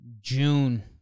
June